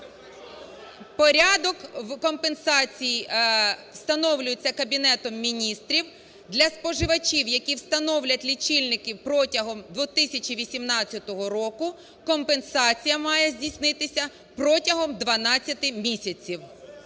Порядок компенсації встановлюється Кабінетом Міністрів для споживачів, які встановлять лічильники протягом 2018 року, компенсація має здійснитися протягом 12 місяців.